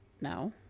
no